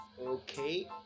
okay